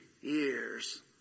years